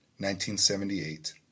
1978